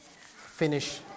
finish